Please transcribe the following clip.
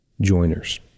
joiners